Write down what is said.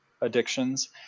addictions